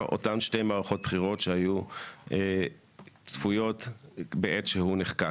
אותן שתי מערכות בחירות שהיו צפויות בעת שהוא נחקק.